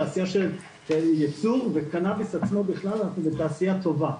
תעשייה של ייצור וקנאביס עצמו בכלל אנחנו תעשייה טובה.